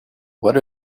what